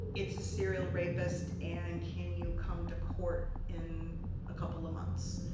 it's a serial rapist, and can you come to court in a couple of months?